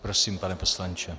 Prosím, pane poslanče.